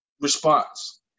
response